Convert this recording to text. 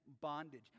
bondage